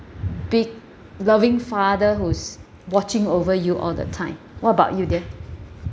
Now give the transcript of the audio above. big loving father who's watching over you all the time what about you dear